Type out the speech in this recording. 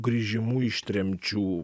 grįžimu iš tremčių